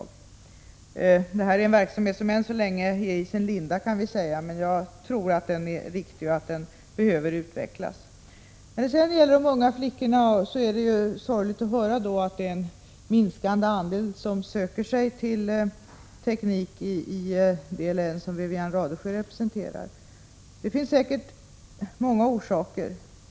Denna verksamhet ligger än så länge i sin linda, kan vi säga, men jag tror att den är riktig och att den behöver utvecklas. När det gäller de unga flickorna är det ju sorgligt att höra att en minskande andel söker sig till teknik i det län som Wivi-Anne Radesjö representerar. Det finns säkert många orsaker.